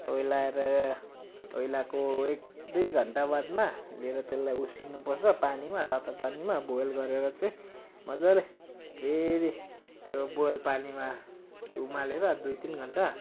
ओइलाएर ओइलाको एक दुई घन्टा बादमा लिएर त्यसलाई उसिन्नु पर्छ पानीमा तातो पानीमा बोइल गरेर चाहिँ मज्जाले फेरि त्यो बोइल पानीमा उमालेर दुई तिन घन्टा